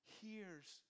hears